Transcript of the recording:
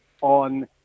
on